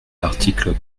l’article